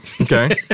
Okay